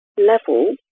level